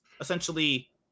essentially